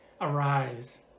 Arise